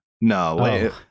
no